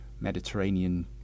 Mediterranean